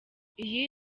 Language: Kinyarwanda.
iyi